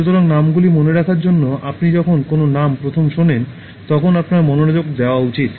সুতরাং নামগুলি মনে রাখার জন্য আপনি যখন কোনও নাম প্রথম শোনেন তখন আপনার মনোযোগ দেওয়া উচিত